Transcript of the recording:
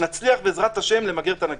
נצליח בעזרת השם למגר את הנגיף.